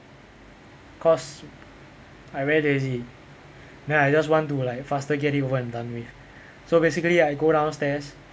cause I very lazy then I just want to like faster get it over and done with so basically I go downstairs